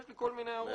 יש לי כל מיני הערות,